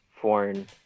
foreign